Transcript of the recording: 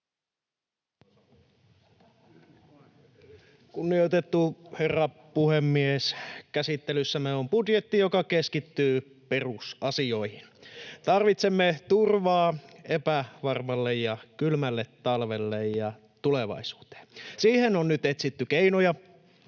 Kunnioitettu herra puhemies! Käsittelyssämme on budjetti, joka keskittyy perusasioihin. Tarvitsemme turvaa epävarmalle ja kylmälle talvelle ja tulevaisuuteen. [Mikko Lundén: